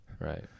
right